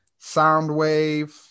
Soundwave